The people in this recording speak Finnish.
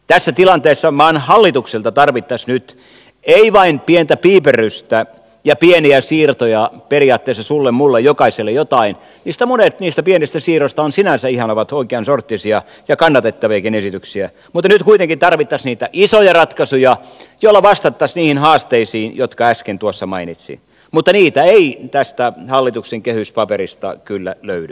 tässä tilanteessa maan hallitukselta tarvittaisiin nyt ei vain pientä piiperrystä ja pieniä siirtoja periaatteella sulle mulle jokaiselle jotain monet niistä pienistä siirroista ovat sinänsä ihan oikean sorttisia ja kannatettaviakin esityksiä vaan myös niitä isoja ratkaisuja joilla vastattaisiin niihin haasteisiin jotka äsken tuossa mainitsin mutta niitä ei tästä hallituksen kehyspaperista kyllä löydy